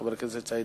חבר הכנסת סעיד